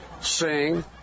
sing